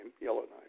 Yellowknife